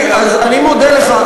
אז אני מודה לך,